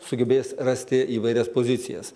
sugebės rasti įvairias pozicijas